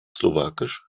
slowakisch